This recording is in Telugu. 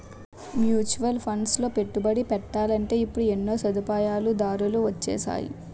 మ్యూచువల్ ఫండ్లలో పెట్టుబడి పెట్టాలంటే ఇప్పుడు ఎన్నో సదుపాయాలు దారులు వొచ్చేసాయి